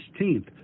16th